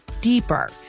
deeper